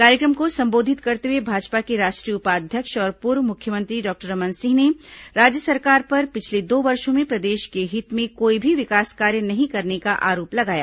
कार्यक्रम को संबोधित करते हुए भाजपा के राष्ट्रीय उपाध्यक्ष और पूर्व मुख्यमंत्री डॉक्टर रमन सिंह ने राज्य सरकार पर पिछले दो वर्षों में प्रदेश के हित में कोई भी विकास कार्य नहीं करने का आरोप लगाया